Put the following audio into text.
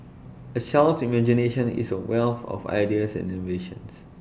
A child's imagination is A wealth of ideas and innovations